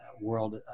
world